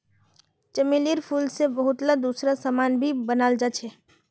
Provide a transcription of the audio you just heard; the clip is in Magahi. चमेलीर फूल से बहुतला दूसरा समान भी बनाल जा छे